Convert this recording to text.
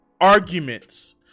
Arguments